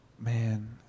Man